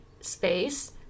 space